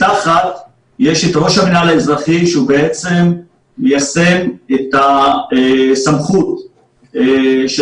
מתחת יש את ראש המנהל האזרחי שהוא בעצם מיישם את הסמכות של